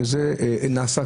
שכבר נעשות.